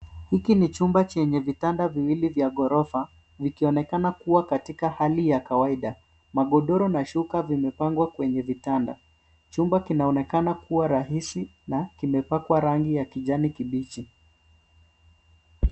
Hiki ni chumba chenye vitanda viwili vya ghorofa vikionekana kuwa katika hali ya kawaida. Magodoro na shuka vimepangwa kwenye vitanda. Chumba kinaonekana kuwa rahisi na kimepakwa rangi ya kijani kibichi.